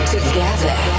Together